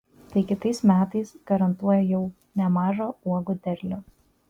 tai kitais metais garantuoja jau nemažą uogų derlių